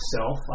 self